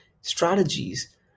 strategies